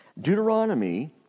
Deuteronomy